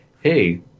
Hey